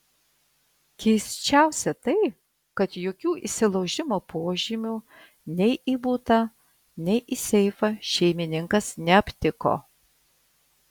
keisčiausia tai kad jokių įsilaužimo požymių nei į butą nei į seifą šeimininkas neaptiko